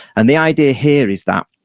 and the idea here is that,